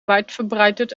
weitverbreitet